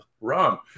wrong